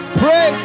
pray